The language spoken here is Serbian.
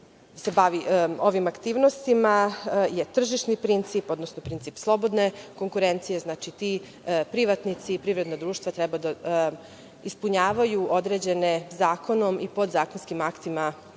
se bavi ovim aktivnostima je tržišni princip, odnosno princip slobodne konkurencije. Znači, ti privatnici i privredna društva treba da ispunjavaju određene zakonom i podzakonskim aktima